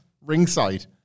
Ringside